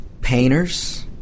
painters